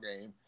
game